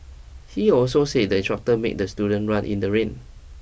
he also said the instructor made the student run in the rain